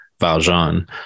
Valjean